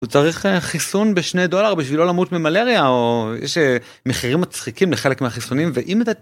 הוא צריך חיסון בשני דולר בשביל לא למות ממלריה או יש מחירים מצחיקים לחלק מהחיסונים. ואם אתה